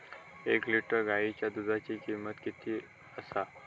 एक लिटर गायीच्या दुधाची किमंत किती आसा?